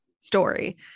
story